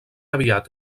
aviat